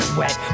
wet